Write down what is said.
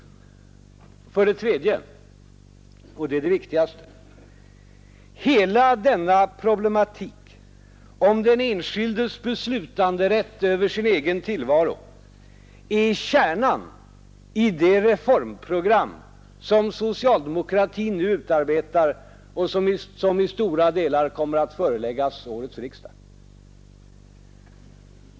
För det tredje — och det är det viktigaste: Hela denna problematik om den enskildes beslutanderätt över sin egen tillvaro är kärnan i det reförmprogram som socialdemokratin nu utarbetar och som i stora delar kommer att föreläggas årets riksdag.